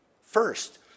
first